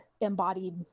embodied